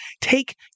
take